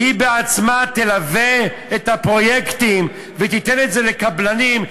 והיא בעצמה תלווה את הפרויקטים ותיתן את זה לקבלנים,